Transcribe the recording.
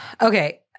Okay